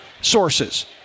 sources